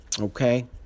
okay